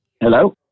Hello